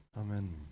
Amen